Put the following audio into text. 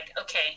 okay